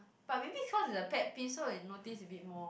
but maybe cause it's a pet peeve so you notice a bit more